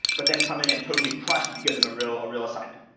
but then come in and totally crush if you give them a real ah real assignment